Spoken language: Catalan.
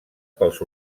pels